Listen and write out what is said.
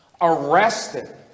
arrested